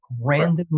random